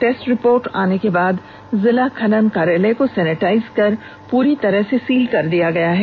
test report आने के बाद जिला खनन कार्यालय को सेनेटाइज्ड कर पूरी तरह से सील कर दिया गया है